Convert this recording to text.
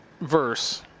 verse